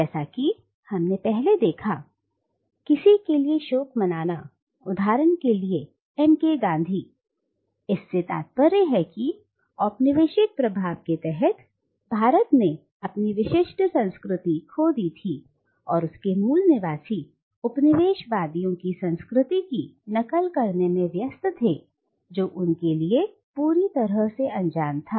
जैसा कि हमने पहले देखा किसी के लिए शोक मनाना उदाहरण के लिए एम के गांधी इस से तात्पर्य है कि औपनिवेशिक प्रभाव के तहत भारत ने अपनी विशिष्ट संस्कृति को दी थी और उसके मूल निवासी उपनिवेश वादियों की संस्कृति की नकल करने में व्यस्त थे जो उनके लिए पूरी तरह से अनजान था